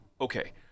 okay